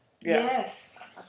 Yes